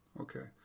Okay